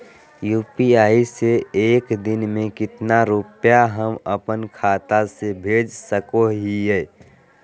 UPI से एक दिन में कितना रुपैया हम अपन खाता से भेज सको हियय?